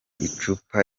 icupa